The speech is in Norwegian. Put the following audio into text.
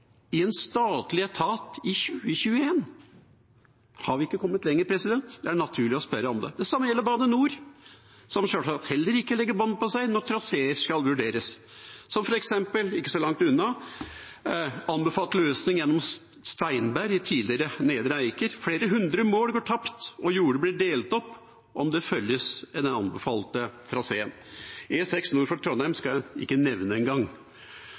i en statlig etat i 2021? Har vi ikke kommet lenger? Det er det naturlig å spørre om. Det samme gjelder Bane NOR, som sjølsagt heller ikke legger bånd på seg når traseer skal vurderes, og som ikke så langt unna anbefaler en løsning gjennom Steinberg i tidligere Nedre Eiker. Flere hundre mål går tapt, og jorder blir delt opp om den anbefalte traseen følges. E6 nord for Trondheim skal jeg ikke nevne